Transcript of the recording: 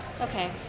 Okay